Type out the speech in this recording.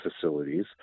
facilities